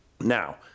Now